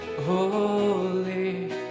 holy